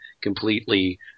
completely